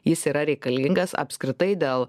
jis yra reikalingas apskritai dėl